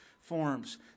forms